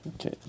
Okay